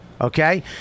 Okay